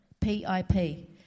P-I-P